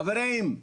חברים,